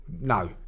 No